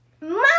Mom